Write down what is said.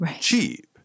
cheap